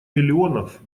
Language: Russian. миллионов